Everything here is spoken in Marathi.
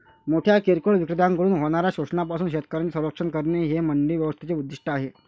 मोठ्या किरकोळ विक्रेत्यांकडून होणाऱ्या शोषणापासून शेतकऱ्यांचे संरक्षण करणे हे मंडी व्यवस्थेचे उद्दिष्ट आहे